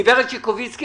גברת שיקוביצקי,